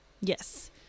Yes